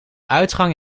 uitgang